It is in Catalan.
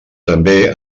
també